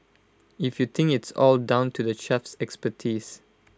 if you think it's all down to the chef's expertise